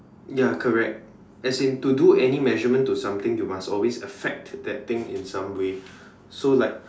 ya correct as in to do any measurement to something you must always affect that thing in some way so like